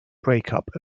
breakup